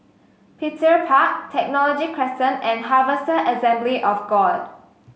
Petir Park Technology Crescent and Harvester Assembly of God